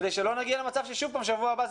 כדי שלא נגיע למצב ששוב בשבוע הבא זה